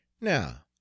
Now